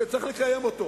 שצריך לקיים,